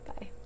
Bye